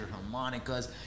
harmonicas